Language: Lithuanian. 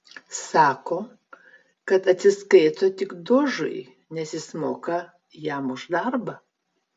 sako kad atsiskaito tik dožui nes jis moka jam už darbą